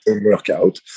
workout